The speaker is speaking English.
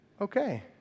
Okay